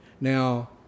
Now